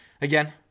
Again